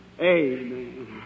Amen